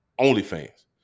OnlyFans